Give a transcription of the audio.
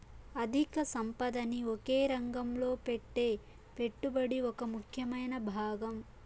అధిక సంపదని ఒకే రంగంలో పెట్టే పెట్టుబడి ఒక ముఖ్యమైన భాగం